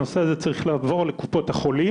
שהנושא הזה צריך לעבור לקופות החולים